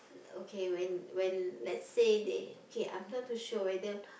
okay when when lets say they okay I'm not too sure whether